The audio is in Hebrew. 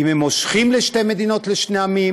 אם הם מושכים לשתי מדינות לשני עמים,